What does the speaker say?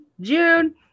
June